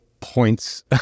points